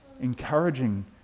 encouraging